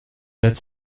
that